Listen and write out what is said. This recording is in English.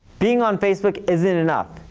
being on facebook isn't enough.